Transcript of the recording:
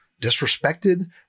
disrespected